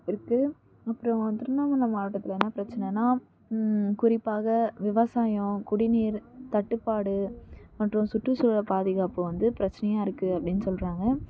இருக்குது அப்புறம் திருவண்ணாமலை மாவட்டத்தில் என்ன பிரச்சனைன்னா குறிப்பாக விவசாயம் குடிநீர் தட்டுப்பாடு மற்றும் சுற்றுசூழல் பாதுகாப்பு வந்து பிரச்சனையாக இருக்குது அப்படின்னு சொல்கிறாங்க